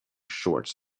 shorts